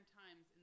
times